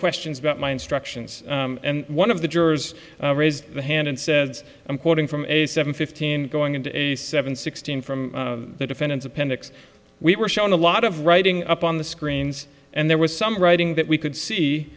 questions about my instructions and one of the jurors raised my hand and said i'm quoting from a seven fifteen going into a seven sixteen from the defendant's appendix we were shown a lot of writing up on the screens and there was some writing that we could see